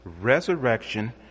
resurrection